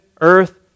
earth